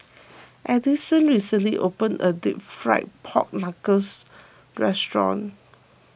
Addyson recently opened a Deep Fried Pork Knuckles restaurant